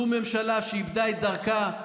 זו ממשלה שאיבדה את דרכה.